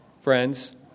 friends